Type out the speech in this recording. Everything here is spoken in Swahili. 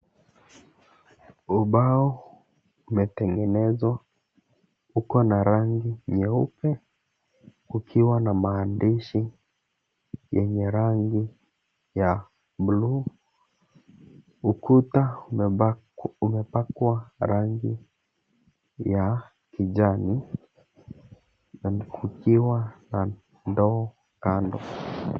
Ubao umetengenezwa uko na rangi nyeupe kukiwa na maandishi yenye rangi ya bluu. Ukuta umepakwa rangi ya kijani na kukiwa na ndoo kando.